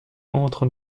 entre